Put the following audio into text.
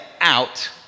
out